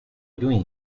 doing